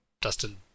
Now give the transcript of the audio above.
Dustin